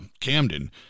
Camden